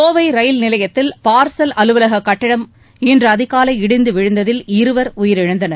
Kovai rail நிலையத்தில் parcel அலுவலக கட்டடம் இன்று அதிகாலை இடிந்து விழுந்ததில் இருவர் உயிரிழந்தனர்